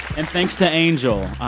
and thanks to angel.